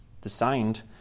designed